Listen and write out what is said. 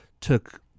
took